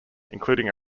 including